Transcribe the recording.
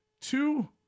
two